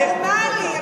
זה הליך פורמלי.